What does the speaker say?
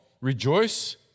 Rejoice